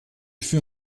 fut